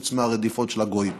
חוץ מהרדיפות של הגויים.